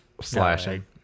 slashing